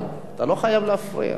על-ידי